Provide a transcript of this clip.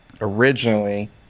originally